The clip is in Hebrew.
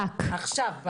עכשיו,